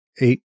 eight